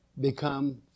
become